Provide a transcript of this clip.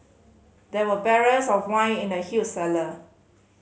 there were barrels of wine in the huge cellar